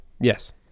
yes